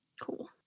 Cool